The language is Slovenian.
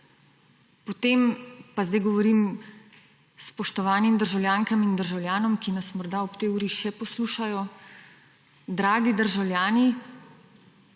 potem, pa zdaj govorim spoštovanim državljankam in državljanom, ki nas morda ob tej uri še poslušajo, dragi državljani,